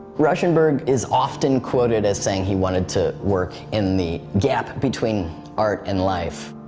rauschenberg is often quoted as saying he wanted to work in the gap between art and life.